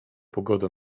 pogoda